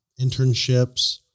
internships